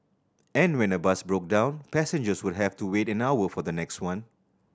and when a bus broke down passengers would have to wait an hour for the next one